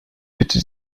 bitte